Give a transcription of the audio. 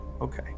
okay